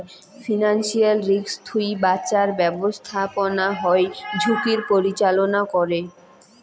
financial risk থুই বাঁচার ব্যাপস্থাপনা হই ঝুঁকির পরিচালনা করে